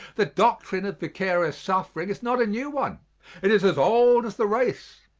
the doctrine of vicarious suffering is not a new one it is as old as the race.